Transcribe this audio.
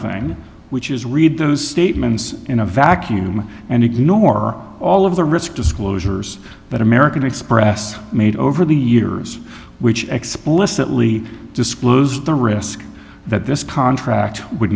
thing which is read those statements in a vacuum and ignore all of the risk disclosures that american express made over the years which explicitly disclosed the risk that this contract would